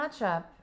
matchup